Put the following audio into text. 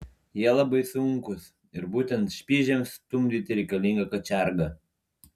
jie labai sunkūs ir būtent špižiams stumdyti reikalinga kačiarga